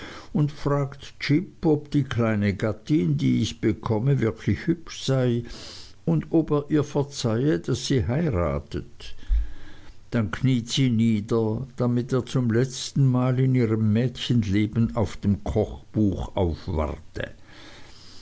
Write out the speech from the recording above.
und fragt jip ob die kleine gattin die ich bekomme wirklich hübsch sei und ob er ihr verzeihe daß sie heiratet dann kniet sie nieder damit er zum letzten mal in ihrem mädchenleben auf dem kochbuch aufwarte